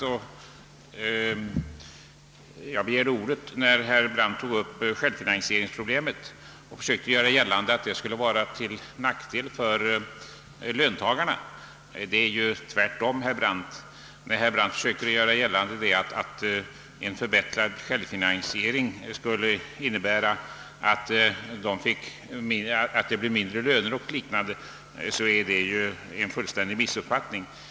Emellertid begärde jag ordet, när herr Brandt tog upp självfinansieringsproblemet och försökte göra gällande att en ökad självfinansiering skulle vara till nackdel för löntagarna därigenom att det skulle bli mindre pengar över till löner. Det är en fullständig missuppfattning, herr Brandt.